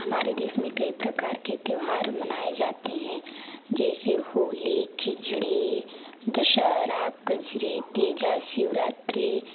हमारे देश में कई प्रकार के त्योहार मनाए जाते हैं जैसे होली खिचड़ी दहशरा कजरी तीजा शिवरात्रि